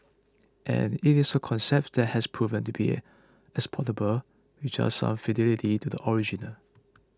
and it is a concept that has proven to be exportable with just some fidelity to the original